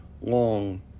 long